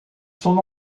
son